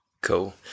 Cool